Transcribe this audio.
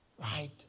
Right